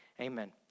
amen